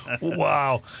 Wow